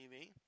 TV